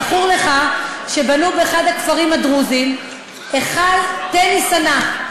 זכור לך שבנו באחד הכפרים הדרוזיים היכל טניס ענק.